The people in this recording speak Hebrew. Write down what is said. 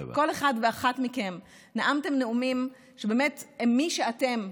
כל אחד ואחת מכם נאמתם נאומים שבאמת הם מי שאתם.